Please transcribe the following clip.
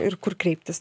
ir kur kreiptis